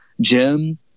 Jim